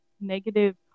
negative